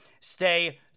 stay